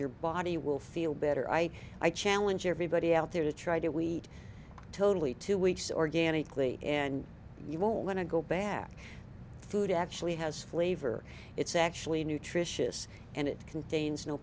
your body will feel better i i challenge everybody out there to try to weed totally two weeks organically and you won't want to go back through to actually has flavor it's actually nutritious and it contains no